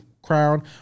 crown